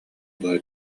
быһа